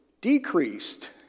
decreased